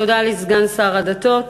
תודה לסגן שר הדתות.